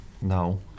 No